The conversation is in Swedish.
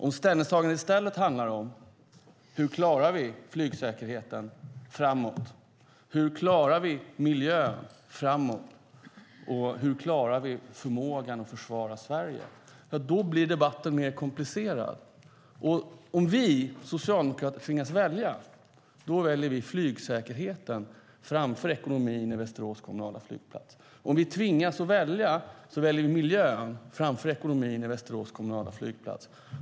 Om ställningstagandet i stället handlar om hur vi klarar flygsäkerheten framåt, hur vi klarar miljön framåt och hur vi klarar förmågan att försvara Sverige blir debatten mer komplicerad. Om vi socialdemokrater tvingas välja väljer vi flygsäkerheten framför ekonomin för Västerås kommunala flygplats. Om vi tvingas välja väljer vi miljön framför ekonomin för Västerås kommunala flygplats.